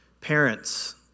Parents